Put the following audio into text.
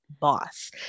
boss